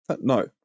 No